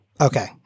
Okay